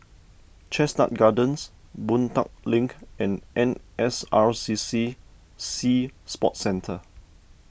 Chestnut Gardens Boon Tat Link and N S R C C Sea Sports Centre